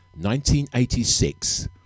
1986